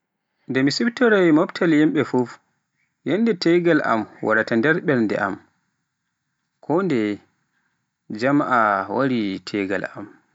Nde mi siftori mobtaal yimɓe fuf, yannde tegal am waraata nder ɓernde am, kondeye, jama'a wari tegal am.